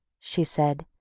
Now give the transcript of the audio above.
she said,